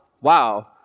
wow